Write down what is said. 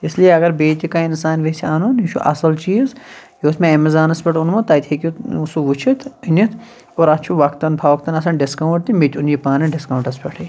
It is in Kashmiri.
اس لیے اگر بیٚیہِ تہِ کانٛہہ اِنسان ییٚژھِ اَنُن یہِ چھُ اَصٕل چیٖز یہِ اوس مےٚ اٮ۪مازانَس پٮ۪ٹھ اوٚنمُت تَتہِ ہیٚکِو سُہ وٕچھِتھ أنِتھ اور اَتھ چھُ وَقتاً فَوقتاً آسان ڈِسکاوُنٛٹ تہِ مےٚ تہِ اوٚن یہِ پانہٕ ڈِسکاوُٹَس پٮ۪ٹھٕے